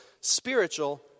spiritual